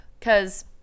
cause